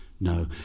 No